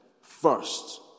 first